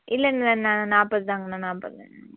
இல்லைண்ண நான் நாற்பதுதாங்கண்ணா நாற்பதுதாங்க